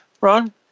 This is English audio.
Ron